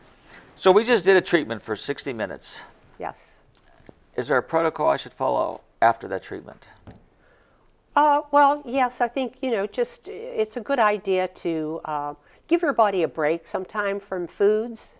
so we just did a treatment for sixty minutes yes is there a protocol i should follow after the treatment well yes i think you know just it's a good idea to give your body a break some time from foods